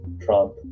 Trump